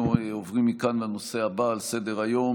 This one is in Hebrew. אנחנו עוברים מכאן לנושא הבא על סדר-היום,